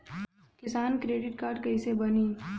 किसान credit card कइसे बानी?